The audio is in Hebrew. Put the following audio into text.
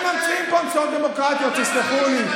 נגיש הצעת חוק שוויון.